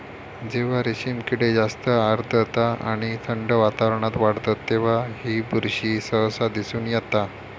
जेव्हा रेशीम किडे जास्त आर्द्रता आणि थंड वातावरणात वाढतत तेव्हा ही बुरशी सहसा दिसून येता